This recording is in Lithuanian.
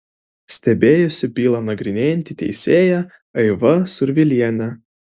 stebėjosi bylą nagrinėjanti teisėja aiva survilienė